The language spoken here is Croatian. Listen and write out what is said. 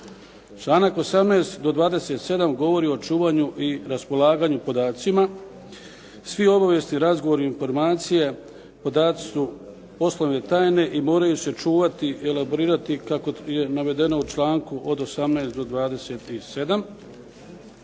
Članak 18. do 27. govori o čuvanju i raspolaganju podacima. Svi obavijesni razgovori i informacije podaci su poslovne tajne i moraju se čuvati i elaborirati kako je navedeno u članku od 18. do 27.